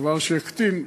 דבר שיקטין,